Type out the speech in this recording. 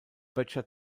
böttcher